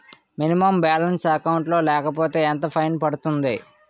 Minimum balance account లో లేకపోతే ఎంత ఫైన్ పడుతుంది?